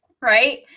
right